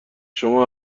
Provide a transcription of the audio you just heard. شما